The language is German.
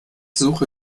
suche